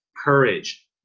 Courage